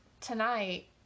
tonight